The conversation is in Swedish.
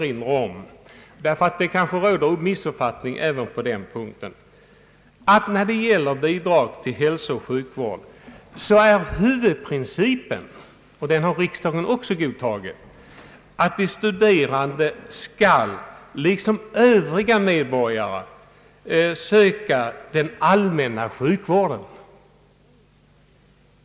Det kanske råder missuppfattning på ytterligare en punkt. När det gäller bidrag till hälsooch sjukvård är huvudprincipen, som riksdagen också godtagit, att de studerande, liksom övriga medborgare, skall söka den allmänna sjukvården.